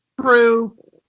True